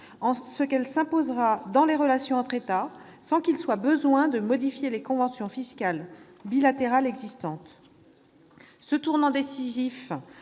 en ce qu'elle s'imposera dans les relations entre États sans qu'il soit besoin de modifier les conventions fiscales bilatérales existantes. Ce tournant décisif